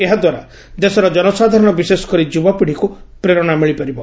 ଏହାଦ୍ୱାରା ଦେଶର ଜନସାଧାରଣ ବିଶେଷକରି ଯୁବପିଢ଼ିକୁ ପ୍ରେରଣା ମିଳିପାରିବ